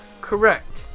Correct